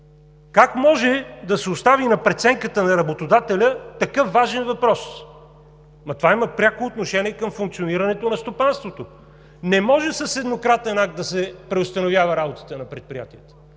Как може да се остави на преценката на работодателя такъв важен въпрос? Това има пряко отношение към функционирането на стопанството. Не може с еднократен акт да се преустановява работата на предприятията,